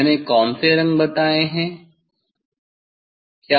मैंने कौन से रंग बताए हैं